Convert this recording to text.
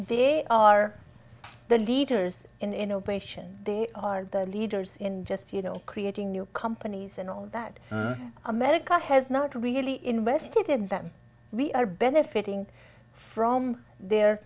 they are the leaders in innovation they are the leaders in just you know creating new companies and all that america has not really invested that we are benefiting from their